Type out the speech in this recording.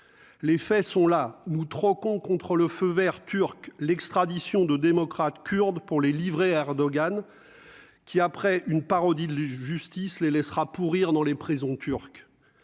les faits sont là nous trop con, contre le feu Vert turc l'extradition de démocrates kurdes pour les livrer à Erdogan qui, après une parodie de justice les laissera pourrir dans les prisons turques